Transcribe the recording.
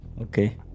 okay